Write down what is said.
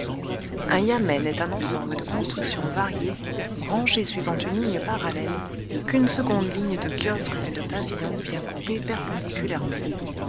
un yamen est un ensemble de constructions variées rangées suivant une ligne parallèle qu'une seconde ligne de kiosques et de pavillons vient couper perpendiculairement